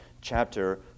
chapter